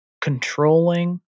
controlling